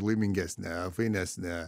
laimingesnė fainesnė